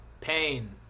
Pain